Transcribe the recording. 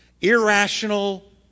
Irrational